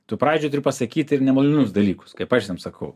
tu pradžioj turi pasakyt ir nemalonius dalykus kaip aš jum sakau